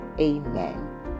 Amen